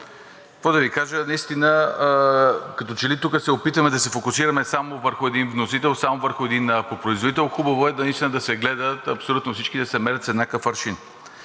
какво да Ви кажа? Наистина като че ли тук се опитваме да се фокусираме само върху един вносител, само върху един производител. Хубаво е наистина да се гледа всички да се мерят с еднакъв аршин.